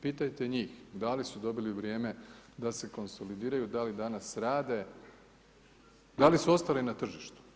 Pitajte njih, da li su dobili vrijeme da se konsolidiraju, da li danas rade, da li su ostali na tržištu.